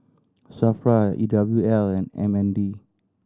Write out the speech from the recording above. SAFRA E W L and M N D